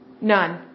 None